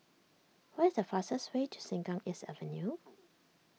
what is the fastest way to Sengkang East Avenue